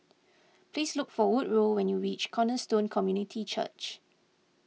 please look for Woodrow when you reach Cornerstone Community Church